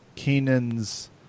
Kenan's